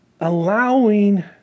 allowing